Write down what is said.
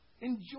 Enjoy